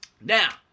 Now